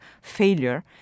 failure